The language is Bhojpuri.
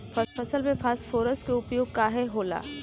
फसल में फास्फोरस के उपयोग काहे होला?